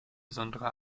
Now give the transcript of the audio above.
besondere